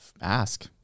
ask